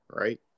Right